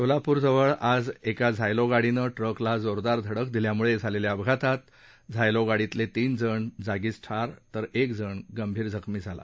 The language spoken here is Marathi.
सोलाप्रजवळ आज एका झायलो गाडीनं ट्रकला जोरदार धडक दिल्यानं झालेल्या अपघातात झायलो गाडीतले तीन जण जागीच ठार तर एक जण गंभीर जखमी झाला